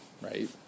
right